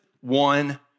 one